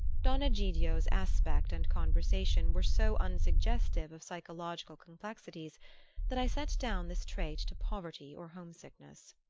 don egidio's aspect and conversation were so unsuggestive of psychological complexities that i set down this trait to poverty or home-sickness.